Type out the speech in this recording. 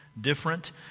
different